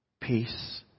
peace